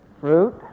Fruit